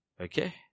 Okay